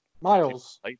Miles